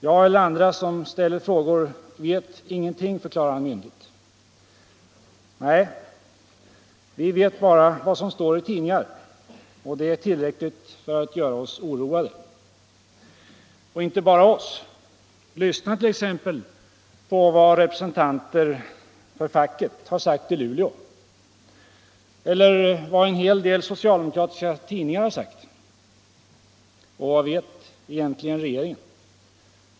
Herr Wirtén och andra som ställer frågor vet ingenting, förklarade han myndigt. Nej, vi vet bara vad som står i tidningarna och det är tillräckligt för att göra oss oroade. Och inte bara oss. Lyssna t.ex. på vad representanter för facket har sagt i Luleå eller vad en hel del socialdemokratiska tidningar har sagt! Och vad vet egentligen regeringen?